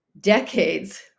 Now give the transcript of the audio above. decades